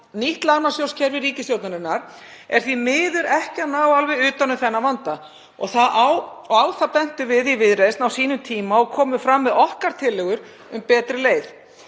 Nýtt lánasjóðskerfi ríkisstjórnarinnar nær því miður ekki alveg utan um þennan vanda. Á það bentum við í Viðreisn á sínum tíma og komum fram með okkar tillögur um betri leið.